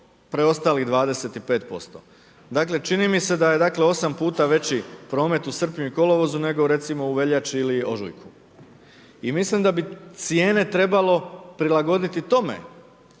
preostalih 25%. Čini mi se da je dakle, 8 puta veći promet u srpnju i kolovozu nego recimo u veljači ili ožujku. I mislim da bi cijene trebalo prilagoditi tome,